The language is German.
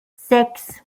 sechs